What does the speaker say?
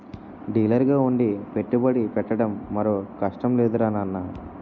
డీలర్గా ఉండి పెట్టుబడి పెట్టడం మరో కష్టం లేదురా నాన్నా